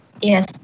Yes